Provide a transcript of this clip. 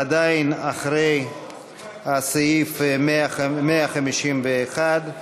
עדיין אחרי סעיף 151,